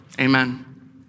Amen